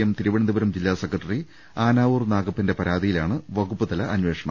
M Thiruvananthapuram ജില്ലാ secretary Anavoor നാഗപ്പന്റെ പരാതിയിലാണ് വകുപ്പ് തല അന്വേഷണം